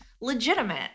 legitimate